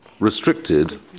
restricted